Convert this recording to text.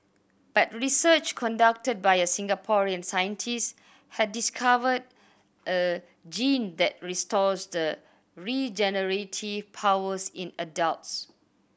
but research conducted by a Singaporean scientist has discovered a gene that restores the regenerative powers in adults